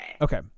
Okay